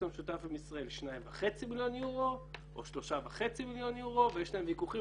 המשותף עם ישראל 2.5 מיליון אירו או 3.5 מיליון אירו ויש להם ויכוחים